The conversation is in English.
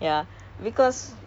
get out ah